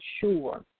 sure